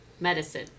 medicine